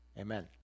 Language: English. Amen